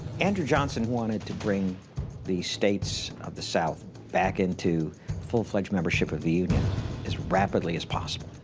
andrew johnson wanted to bring the states of the south back into full fledged membership of the union as rapidly as possible.